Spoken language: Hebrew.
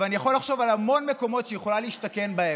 אבל אני יכול לחשוב על המון מקומות שהיא יכולה להשתכן בהם,